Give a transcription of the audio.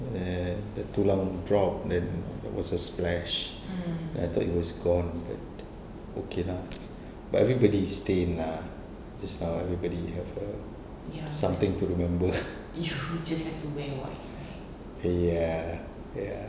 err tulang dropped then there was a splash and I thought it was gone but okay lah but everybody is stained lah just now everybody have err something to remember ya ya